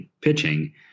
pitching